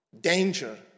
danger